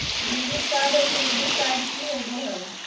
Debit card और credit card की होवे हय?